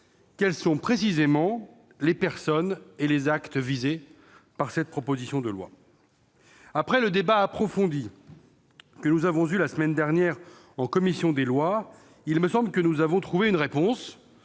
quels sont précisément les personnes et les actes visés par ce texte ? Après le débat approfondi que nous avons eu la semaine dernière en commission des lois, il me semble que nous avons une réponse